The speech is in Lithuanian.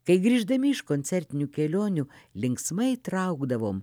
kai grįždami iš koncertinių kelionių linksmai traukdavom